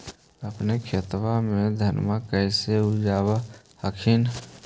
अपने खेतबा मे धन्मा के कैसे उपजाब हखिन?